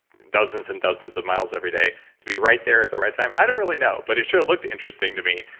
dozens and dozens of miles every day to be right there at the right time. i don't really know. but it sure looked interesting to me.